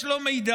יש לו מידע.